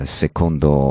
secondo